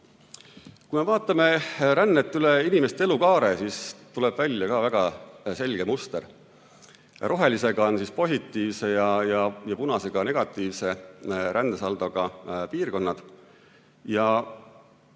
Kui me vaatame rännet üle inimeste elukaare, siis tuleb välja ka väga selge muster: rohelisega on positiivse ja punasega negatiivse rändesaldoga piirkonnad.